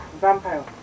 Vampire